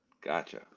gotcha